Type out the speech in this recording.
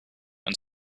and